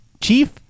chief